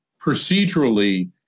procedurally